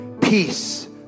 Peace